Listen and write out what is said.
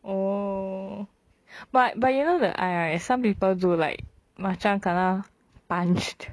oh but but you know that I eye right some people do like macham kena punched